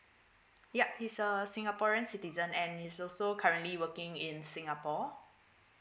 yup he's a singaporean citizen and he's also currently working in singapore